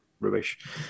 rubbish